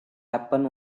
happen